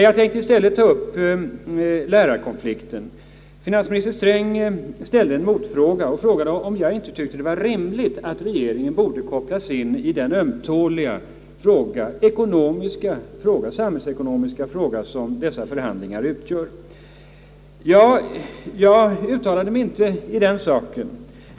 Jag tänker i stället ta upp lärarkon flikten. Finansminister Sträng ställde en motfråga. Han frågade om jag inte tyckte att det var rimligt att regeringen kopplades in på det ömtåliga ekonomiska och samhällsekonomiska område som lärarförhandlingarna gäller. Jag uttalade mig inte om den saken.